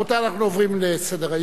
רבותי, אנחנו עוברים לסדר-היום,